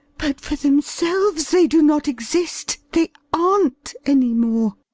but for themselves, they do not exist, they aren't any more.